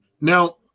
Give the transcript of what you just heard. Now